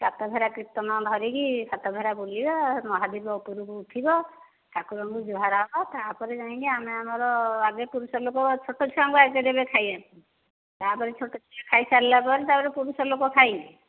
ସାତ ଘେରା କୀର୍ତ୍ତନ ଧରିକି ସାତ ଘେରା ବୁଲିବା ଆଉ ମହାଦୀପ ଉପରକୁ ଉଠିବ ଠାକୁରଙ୍କୁ ଜୁହାର ହେବ ତା'ପରେ ଯାଇକି ଆମେ ଆମର ଆଗେ ପୁରୁଷ ଲୋକ ଛୋଟ ଛୁଆଙ୍କୁ ଆଗେ ଦେବେ ଖାଇବା ପାଇଁ ତା'ପରେ ଛୋଟ ଛୁଆ ଖାଇ ସରିଲା ପରେ ତା'ପରେ ପୁରୁଷ ଲୋକ ଖାଇବେ